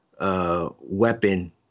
weapon